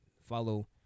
follow